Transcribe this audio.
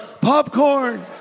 popcorn